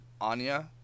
Anya